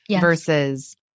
versus